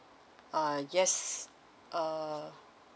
uh yes uh